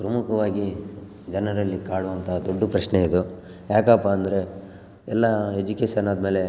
ಪ್ರಮುಖವಾಗಿ ಜನರಲ್ಲಿ ಕಾಡುವಂತಹ ದೊಡ್ಡ ಪ್ರಶ್ನೆ ಅದು ಯಾಕಪ್ಪಾ ಅಂದರೆ ಎಲ್ಲ ಎಜುಕೇಶನ್ ಆದಮೇಲೆ